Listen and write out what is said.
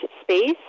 space